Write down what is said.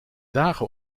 dagen